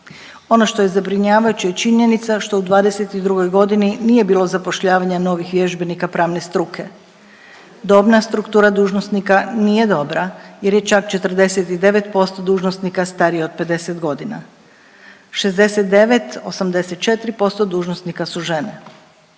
Ono što je zabrinjavajuće je činjenica što u '22.g. nije bilo zapošljavanja novih vježbenika pravne struke. Dobna struktura dužnosnika nije dobra jer je čak 49% dužnosnika strije od 50.g., 69, 84% dužnosnika su žene.